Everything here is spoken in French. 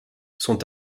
sont